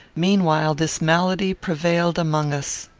meanwhile this malady prevailed among us.